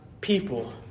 people